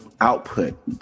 output